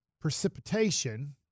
precipitation